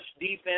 defense